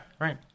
right